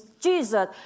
Jesus